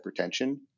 hypertension